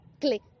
click